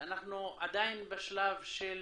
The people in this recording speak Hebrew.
אנחנו עדיין בשלב של